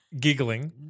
giggling